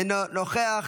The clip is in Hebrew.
אינו נוכח,